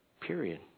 Period